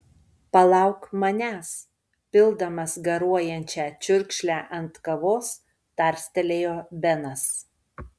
palauk manęs pildamas garuojančią čiurkšlę ant kavos tarstelėjo benas